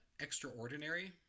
Extraordinary